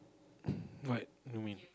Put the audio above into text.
what you mean